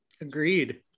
agreed